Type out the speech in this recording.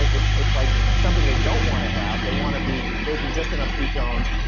it's it's like something they don't want to have. they want to be making just enough ketones,